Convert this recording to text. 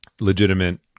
legitimate